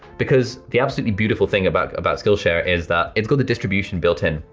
because the absolutely beautiful thing about about skillshare is that its got the distribution built in,